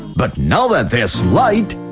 but now that there is light,